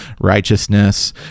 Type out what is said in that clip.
righteousness